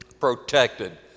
protected